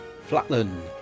Flatland